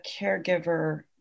caregiver